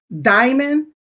Diamond